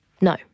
No